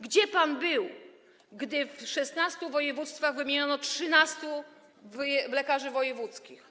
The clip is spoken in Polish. Gdzie pan był, gdy w 16 województwach wymieniono 13 lekarzy wojewódzkich?